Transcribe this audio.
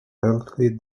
healthy